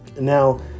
Now